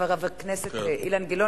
חבר הכנסת אילן גילאון,